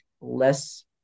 less